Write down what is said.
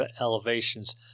elevations